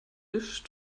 wish